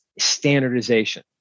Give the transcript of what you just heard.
standardization